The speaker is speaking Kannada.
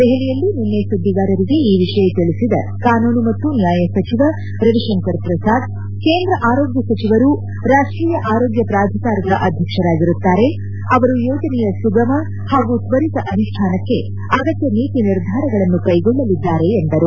ದೆಹಲಿಯಲ್ಲಿ ನಿನ್ನೆ ಸುದ್ಗಿಗಾರರಿಗೆ ಈ ವಿಷಯ ತಿಳಿಸಿದ ಕಾನೂನು ಮತ್ತು ನ್ಯಾಯ ಸಚಿವ ರವಿಶಂಕರ್ ಪ್ರಸಾದ್ ಕೇಂದ್ರ ಆರೋಗ್ಯ ಸಚಿವರು ರಾಷ್ವೀಯ ಆರೋಗ್ಯ ಪ್ರಾಧಿಕಾರದ ಅಧ್ಯಕ್ಷರಾಗಿರುತ್ತಾರೆ ಅವರು ಯೋಜನೆಯ ಸುಗಮ ಹಾಗೂ ತ್ವರಿತ ಅನುಷ್ಡಾನಕ್ಕೆ ಅಗತ್ಯ ನೀತಿ ನಿರ್ಧಾರಗಳನ್ನು ಕೈಗೊಳ್ಳಲಿದ್ದಾರೆ ಎಂದರು